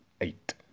eight